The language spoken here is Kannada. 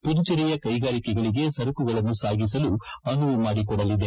ಪುದುಜೇರಿಯ ಕೈಗಾರಿಕೆಗಳಿಗೆ ಸರಕುಗಳನ್ನು ಸಾಗಿಸಲು ಅನುವು ಮಾಡಿಕೊಡಲಿದೆ